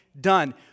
done